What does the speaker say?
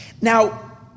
Now